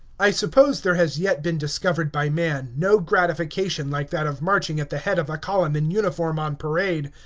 i suppose there has yet been discovered by man no gratification like that of marching at the head of a column in uniform on parade,